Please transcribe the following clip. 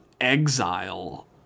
exile